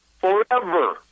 forever